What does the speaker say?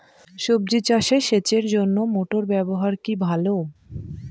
সবজি চাষে সেচের জন্য মোটর ব্যবহার কি ভালো?